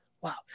Wow